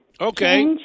Okay